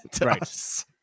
Right